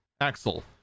Axel